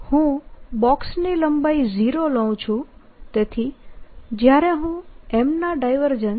હું બોક્સની લંબાઈ 0 લઉં છું તેથી જ્યારે હું M ના ડાયવર્જન્સ